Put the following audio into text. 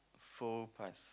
full price